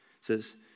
says